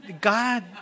God